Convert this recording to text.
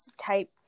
type